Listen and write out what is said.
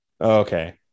Okay